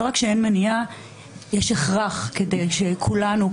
לא רק שאין מניעה אלא יש הכרח כדי שכולנו,